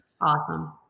Awesome